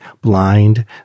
blind